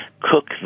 cook